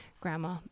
Grandma